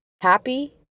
happy